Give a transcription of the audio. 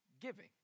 giving